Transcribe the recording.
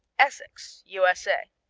essex u s a.